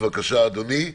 בבקשה, אדוני.